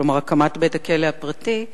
כלומר הקמת בית-הכלא הפרטי,